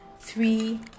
three